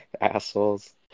Assholes